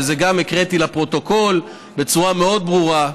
וגם הקראתי לפרוטוקול בצורה מאוד ברורה: